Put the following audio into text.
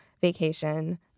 vacation